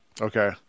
Okay